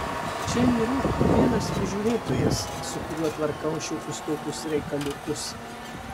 čia yra vienas prižiūrėtojas su kuriuo tvarkau šiokius tokius reikaliukus